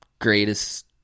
greatest